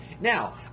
Now